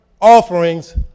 offerings